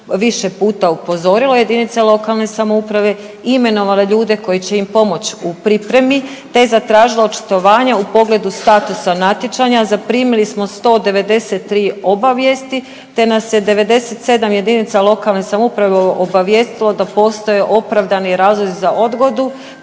više puta upozorila jedinice lokalne samouprave, imenovale ljude koji će im pomoć u pripremi te zatražilo očitovanje u pogledu statusa natječanja, zaprimili smo 193 obavijesti te nas je 97 jedinica lokalne samouprave obavijestilo da postoje opravdani razlozi za odgodu.